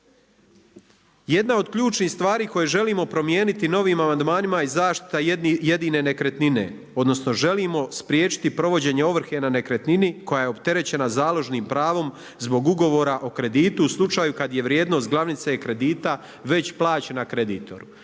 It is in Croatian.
Jedna od ključnih stvari koje želimo promijeniti novim amandmanima je zaštita jedine nekretnine, odnosno želimo spriječiti provođenje ovrhe na nekretnini koja je opterećena založnim pravom zbog ugovora o kreditu u slučaju kad je vrijednost glavnice kredita već plaćena kreditoru.